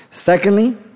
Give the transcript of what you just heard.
Secondly